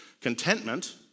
Contentment